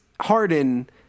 Harden